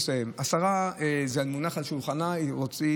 זה מונח על שולחה של השרה,